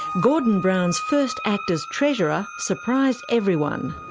gordon brown's first act as treasurer, surprised everyone.